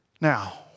Now